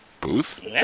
Booth